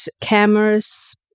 cameras